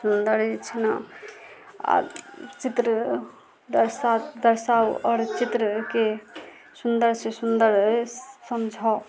सुन्दर छि आ चित्र दर्शाउ आओर चित्रके सुन्दर से सुन्दर समझाउ